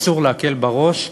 אסור להקל בה ראש.